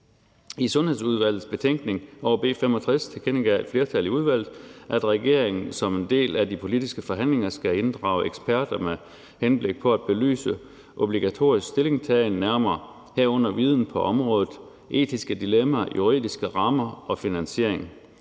I Sundhedsudvalgets betænkning over B 65 tilkendegav et flertal i udvalget, at regeringen som en del af de politiske forhandlinger skal inddrage eksperter med henblik på at belyse obligatorisk stillingtagen nærmere, herunder viden på området, etiske dilemmaer, juridiske rammer og finansiering.